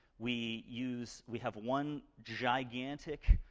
we use we have one gigantic,